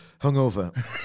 Hungover